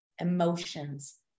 emotions